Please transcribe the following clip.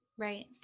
Right